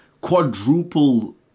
quadruple